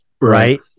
right